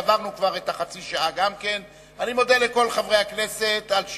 אני מודה לכל חברי הכנסת על שהשתתפו,